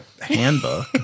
Handbook